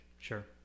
sure